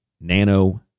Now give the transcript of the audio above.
nano